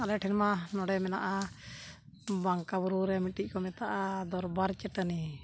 ᱟᱞᱮᱴᱷᱮᱱ ᱢᱟ ᱱᱚᱸᱰᱮ ᱢᱮᱱᱟᱜᱼᱟ ᱵᱟᱝᱠᱟ ᱵᱩᱨᱩᱨᱮ ᱢᱤᱫᱴᱤᱡ ᱠᱚ ᱢᱮᱛᱟᱜᱼᱟ ᱫᱚᱨᱵᱟᱨ ᱪᱟᱹᱴᱟᱱᱤ